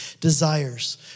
desires